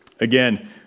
Again